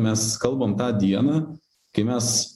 mes kalbam tą dieną kai mes